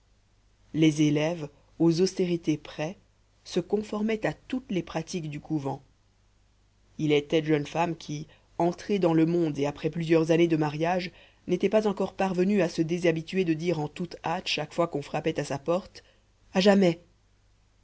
les élèves aux austérités près se conformaient à toutes les pratiques du couvent il est telle jeune femme qui entrée dans le monde et après plusieurs années de mariage n'était pas encore parvenue à se déshabituer de dire en toute hâte chaque fois qu'on frappait à sa porte à jamais